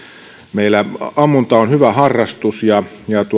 meillä ammunta on hyvä ja